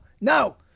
no